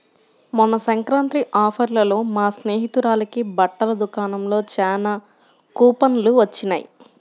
మొన్న సంక్రాంతి ఆఫర్లలో మా స్నేహితురాలకి బట్టల దుకాణంలో చానా కూపన్లు వొచ్చినియ్